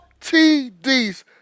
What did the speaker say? TDs